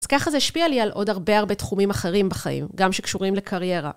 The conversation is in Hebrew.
אז ככה זה השפיע לי על עוד הרבה הרבה תחומים אחרים בחיים, גם שקשורים לקריירה.